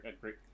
great